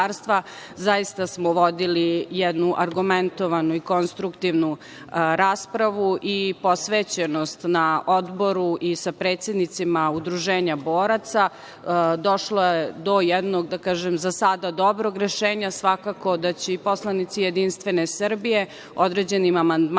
zaista smo vodili jednu argumentovanu i konstruktivnu raspravu i posvećenost na odboru. Sa predsednicima Udruženja boraca došlo je do jednog, da kažem, za sada dobrog rešenja. Svakako da će i poslanici JS određenim amandmanima